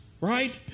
Right